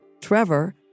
Trevor